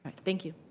thank you.